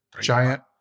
Giant